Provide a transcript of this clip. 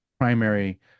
primary